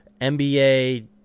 NBA